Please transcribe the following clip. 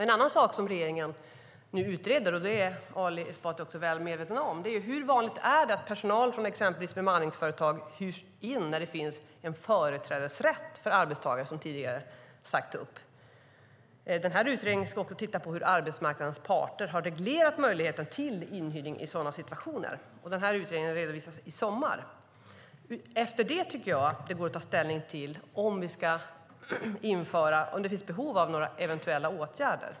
En annan sak som regeringen utreder - och det är Ali Esbati väl medveten om - är hur vanligt det är att personal från exempelvis bemanningsföretag hyrs in när det finns en företrädesrätt för arbetstagare som tidigare har sagts upp. Utredningen ska också titta på hur arbetsmarknadens parter har reglerat möjligheten till inhyrning i sådana situationer. Utredningen ska redovisas i sommar. Efter det går det att ta ställning till om det finns behov av eventuella åtgärder.